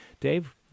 Dave